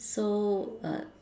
so uh